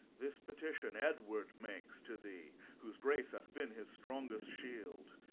this petition edward makes to thee, whose grace hath been his strongest shield,